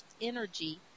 energy